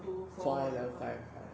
four level five right